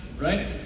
right